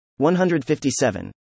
157